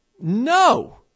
No